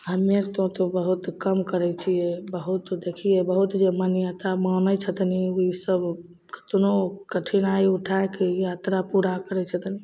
हम्मे अर तो तऽ बहुत कम करय छियै बहुत देखिए बहुत जे मान्यता मानय छथनी ई सब केतनो कठिनाइ उठाइके ई यात्रा पूरा करय छथिन